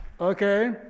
okay